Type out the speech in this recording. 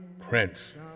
Prince